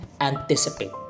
Anticipate